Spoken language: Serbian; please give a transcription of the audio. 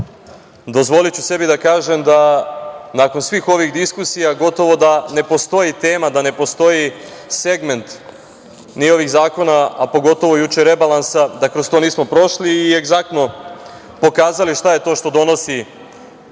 rečeno. Dozvoliću sebi da kažem da nakon svih ovih diskusija gotovo da ne postoji tema, da ne postoji segment ni ovih zakona, a pogotovo juče rebalanas, da kroz to nismo prošli i egzaktno, pokazali šta je to što donosi